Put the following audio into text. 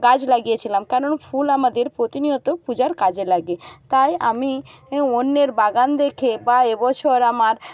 গাছ লাগিয়েছিলাম কেননা ফুল আমাদের প্রতিনিয়ত পূজার কাজে লাগে তাই আমি অন্যের বাগান দেখে বা এ বছর আমার